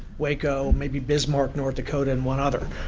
waco, maybe bismarck, north dakota and one other.